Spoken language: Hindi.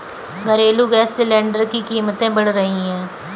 घरेलू गैस सिलेंडर की कीमतें बढ़ रही है